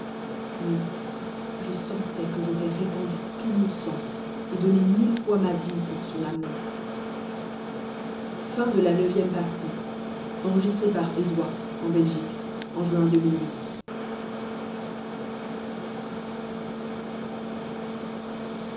oui je sentois que j'aurois répandu tout mon sang et donné mille fois ma vie pour son amour